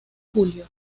julio